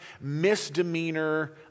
misdemeanor